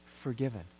forgiven